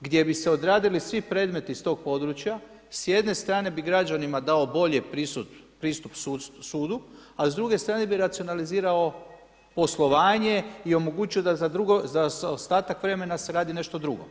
gdje bi se odradili svi predmeti s tog područja s jedne strane bi građanima dao bolji pristup sudu, a s druge strane bi racionalizirao poslovanje i omogućio da za ostatak vremena se radi nešto drugo.